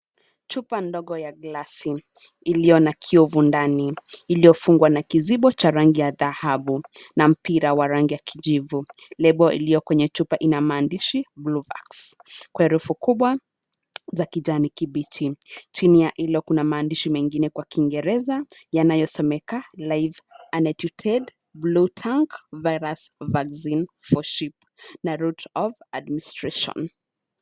Chupa ndogo ya glasi iliyo na kiovu ndani iliyo fungwa na kizibo cha rangi ya dhahabu na mpira wa rangi ya kijivu. label iliyo kwenye chupa ina maandishi [Bluvax] kwa herufi kubwa za kijani kibichi. Chini ya hilo kuna maandishi mengine ya kingereza yanayo someka life anetuted blue virus vaccine for sheep na route of administration .